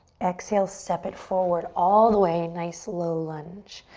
exhale, step it forward, all the way, nice, low lunge.